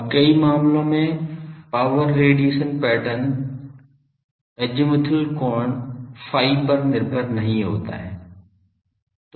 अब कई मामलों में पावर रेडिएशन पैटर्न azimuthal कोण phi पर निर्भर नहीं होता है